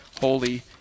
holy